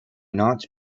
not